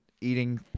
eating